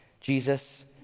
Jesus